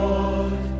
Lord